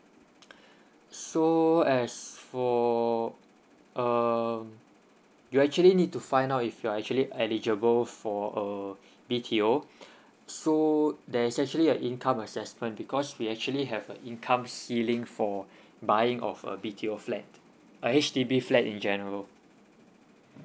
so as for uh you actually need to find out if you are actually eligible for a B_T_O so there is actually a income assessment because we actually have a income ceiling for buying of a B_T_O flat a H_D_B flat in general